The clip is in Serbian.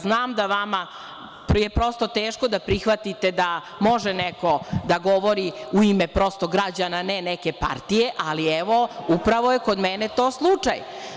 Znam da je vama prosto teško da prihvatite da može neko da govori u ime prosto građana, ne neke partije, ali evo, upravo je kod mene to slučaj.